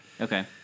Okay